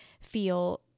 feel